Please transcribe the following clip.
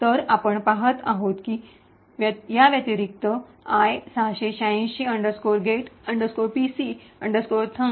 तर आपण पाहत आहोत की याव्यतिरिक्त i686 get pc thunk